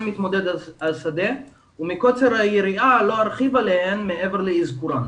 מתמודד השדה ומקוצר היריעה לא ארחיב עליהן מעבר לאזכורן.